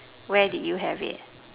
where did you have it